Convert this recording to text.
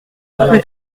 rue